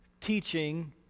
teaching